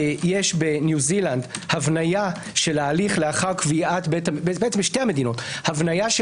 יש בניו זילנד הבניה של ההליך בשתי המדינות הבניה של